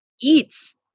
eats